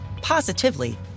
positively